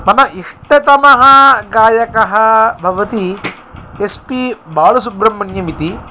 मम इष्टतमः गायकः भवति एस् पि बालसुब्रह्मण्यम् इति